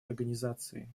организации